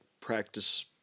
practice